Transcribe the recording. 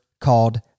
called